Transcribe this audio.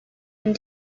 and